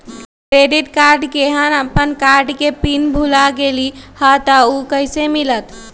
Credit card केहन अपन card के पिन भुला गेलि ह त उ कईसे मिलत?